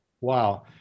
Wow